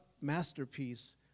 masterpiece